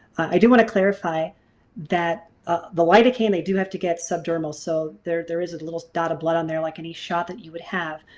i do want to clarify that the lidocaine they do have to get subdermal so there there is a little dot of blood on there like a nice shot that you would have.